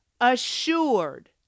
assured